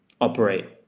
operate